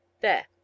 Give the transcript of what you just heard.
There